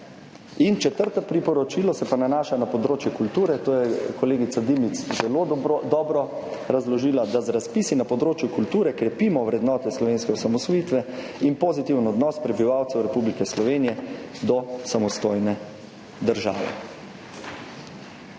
Četrto priporočilo se pa nanaša na področje kulture, to je kolegica Dimic zelo dobro razložila – da z razpisi na področju kulture krepimo vrednote slovenske osamosvojitve in pozitiven odnos prebivalcev Republike Slovenije do samostojne države.